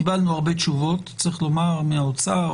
קיבלנו הרבה תשובות, צריך לומר, מהאוצר